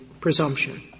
presumption